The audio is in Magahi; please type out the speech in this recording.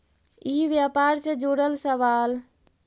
ई व्यापार से जुड़ल सवाल?